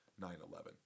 9-11